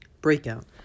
Breakout